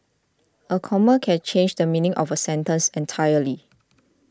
a comma can change the meaning of a sentence entirely